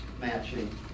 matching